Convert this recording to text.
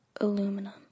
Aluminum